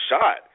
shot